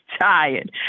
tired